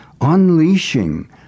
unleashing